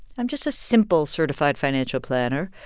i'm just a simple certified financial planner.